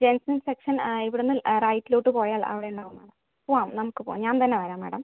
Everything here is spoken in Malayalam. ജെൻറ്റ്സിൻ്റ സെക്ഷൻ ഇവിടെനിന്ന് റൈറ്റിലോട്ട് പോയാൽ അവിടെ ഉണ്ടാവും മേഡം പോവാം നമുക്ക് പോവാം ഞാൻ തന്നെ വരാം മേഡം